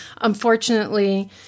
Unfortunately